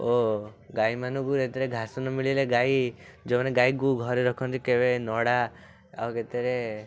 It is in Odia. ଓ ଗାଈମାନଙ୍କୁ ଯେତେବେଳେ ଘାସ ନ ମିଳିଲେ ଗାଈ ଯେଉଁମାନେ ଗାଈଙ୍କୁ ଘରେ ରଖନ୍ତି କେବେ ନଡ଼ା ଆଉ କେତେବେଳେ